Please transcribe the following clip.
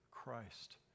Christ